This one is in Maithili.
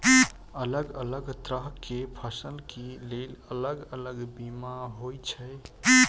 अलग अलग तरह केँ फसल केँ लेल अलग अलग बीमा होइ छै?